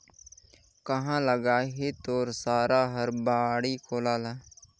काँहा लगाही तोर सारा हर बाड़ी कोला ल